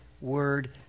word